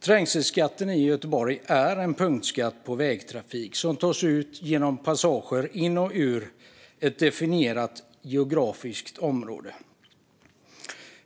Trängselskatten i Göteborg är en punktskatt på vägtrafik som tas ut på passager in i och ut ur ett definierat geografiskt område.